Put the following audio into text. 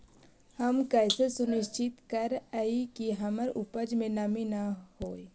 हम कैसे सुनिश्चित करिअई कि हमर उपज में नमी न होय?